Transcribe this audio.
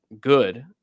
good